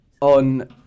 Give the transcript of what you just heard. on